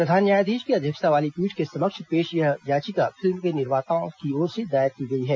प्रधान न्यायाधीश की अध्यक्षता वाली पीठ के समक्ष पेश यह याचिका फिल्म के निर्माताओं की ओर से दायर की गई है